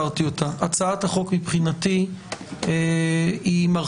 הצעת החוק כפי שהיא מנוסחת היום היא באמת